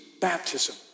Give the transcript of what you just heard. baptism